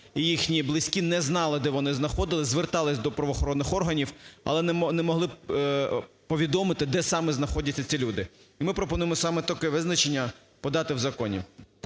їхні близькі не знали, де вони знаходились, звертались до правоохоронних органів, але не могли повідомити, де саме знаходяться ці люди. І ми пропонуємо саме таке визначення подати в законі.